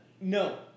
No